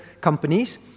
companies